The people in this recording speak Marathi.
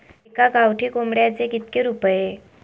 एका गावठी कोंबड्याचे कितके रुपये?